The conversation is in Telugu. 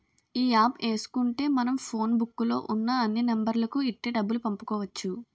ఈ యాప్ ఏసుకుంటే మనం ఫోన్ బుక్కు లో ఉన్న అన్ని నెంబర్లకు ఇట్టే డబ్బులు పంపుకోవచ్చు